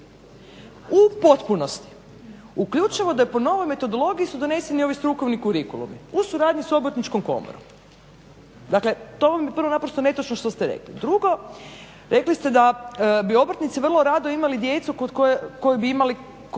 u potpunosti. Uključivo da je po novoj metodologiji su doneseni ovi strukovni kurikulumi u suradnji sa obrtničkom komorom. Dakle, to vam je prvo naprosto netočno što ste rekli. Drugo, rekli ste da bi obrtnici vrlo rado imali djecu koju bi imali